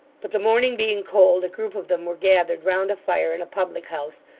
but the morning being cold, a group of them were gathered round a fire in a public-house,